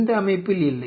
இந்த அமைப்பில் இல்லை